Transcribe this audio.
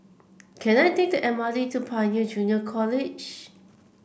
can I take the M R T to Pioneer Junior College